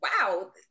wow